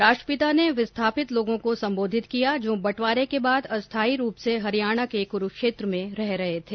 राष्ट्रपिता ने विस्थापित लोगों को संबोधित किया जो बंटवारे के बाद अस्थायी रूप से हरियाणा के कुरूक्षेत्र में रह रहे थे